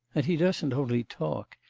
and he doesn't only talk.